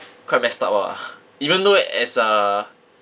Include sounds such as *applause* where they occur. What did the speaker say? quite messed up ah *breath* even though as a